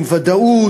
עם ודאות,